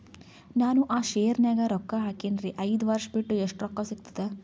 ನಾನು ಆ ಶೇರ ನ್ಯಾಗ ರೊಕ್ಕ ಹಾಕಿನ್ರಿ, ಐದ ವರ್ಷ ಬಿಟ್ಟು ಎಷ್ಟ ರೊಕ್ಕ ಸಿಗ್ತದ?